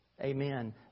Amen